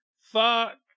Fuck